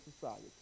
society